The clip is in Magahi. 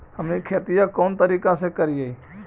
हमनी खेतीया कोन तरीका से करीय?